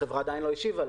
החברה עדיין לא השיבה.